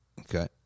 Okay